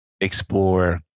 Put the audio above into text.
explore